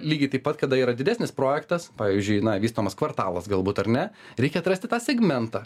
lygiai taip pat kada yra didesnis projektas pavyzdžiui na vystomas kvartalas galbūt ar ne reikia atrasti tą segmentą